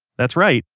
that's right,